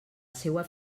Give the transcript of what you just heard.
seua